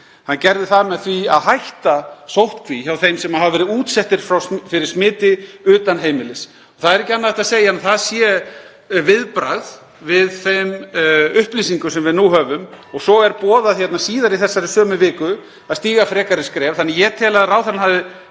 Hann gerði það með því að hætta sóttkví hjá þeim sem hafa verið útsettir fyrir smiti utan heimilis. Það er ekki annað hægt að segja en að það sé viðbragð við þeim upplýsingum sem við nú höfum. (Forseti hringir.) Svo er boðað síðar í þessari sömu viku að stíga frekari skref. Ég tel því að ráðherrann hafi